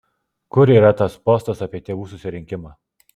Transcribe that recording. kur yra tas postas apie tėvų susirinkimą